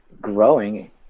growing